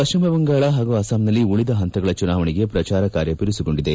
ಪಶ್ಚಿಮ ಬಂಗಾಳ ಹಾಗೂ ಅಸ್ಸಾಂನಲ್ಲಿ ಉಳಿದ ಹಂತಗಳ ಚುನಾವಣೆಗೆ ಪ್ರಚಾರ ಕಾರ್ಯ ಬಿರುಸುಗೊಂಡಿದೆ